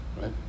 right